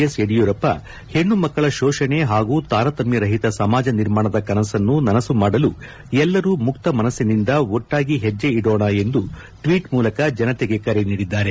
S Yediyurappa ಹೆಣ್ಣು ಮಕ್ಕಳ ಶೋಷಣೆ ಹಾಗೂ ತಾರತಮ್ಯರಹಿತ ಸಮಾಜ ನಿರ್ಮಾಣದ ಕನಸನ್ನು ನನಸು ಮಾಡಲು ಎಲ್ಲರೂ ಮುಕ್ತ ಮನಸ್ಸಿನಿಂದ ಒಟ್ಟಾಗಿ ಹೆಜ್ಜೆ ಇಡೋಣ ಎಂದು ಟ್ವೀಟ್ ಮೂಲಕ ಜನತೆಗೆ ಕರೆ ನೀಡಿದ್ದಾರೆ